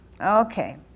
Okay